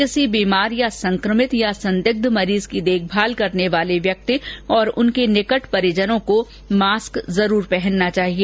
किसी बीमार या संक्रमित या संदिग्ध मरीज की देखभाल करने वाले व्यक्ति तथा उनके निकट परिजनों को मास्क अवश्य पहनाना चाहिए